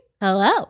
Hello